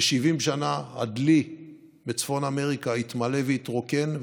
ב-70 שנה הדלי בצפון אמריקה התמלא והתרוקן,